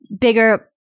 bigger